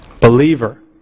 believer